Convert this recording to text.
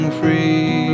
free